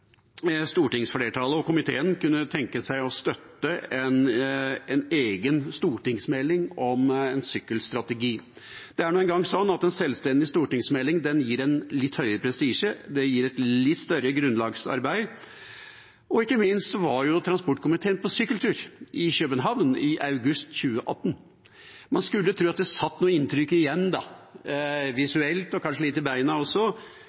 stortingsflertallet og komiteen kunne tenke seg å støtte en egen stortingsmelding om en sykkelstrategi. Det er nå en gang sånn at en egen stortingsmelding gir litt høyere prestisje, den er et litt større grunnlagsarbeid. Og ikke minst var transportkomiteen på sykkeltur i København i august 2018. Man skulle tro det satt igjen noen inntrykk både visuelt og kanskje litt i beina